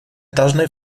должны